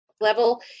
level